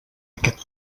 aquest